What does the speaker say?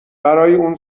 اون